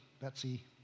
Betsy